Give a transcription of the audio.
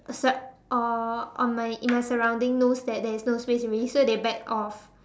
except uh on my in my surrounding knows that there is no space already so they backed off